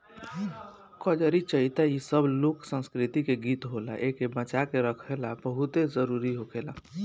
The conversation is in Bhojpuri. कजरी, चइता इ सब लोक संस्कृति के गीत होला एइके बचा के रखल बहुते जरुरी होखेला